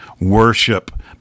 worship